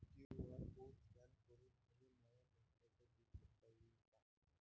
QR code scan करून मले माय नास्त्याच बिल देता येईन का?